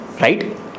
right